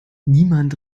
niemand